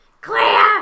Claire